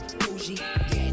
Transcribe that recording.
bougie